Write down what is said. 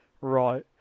Right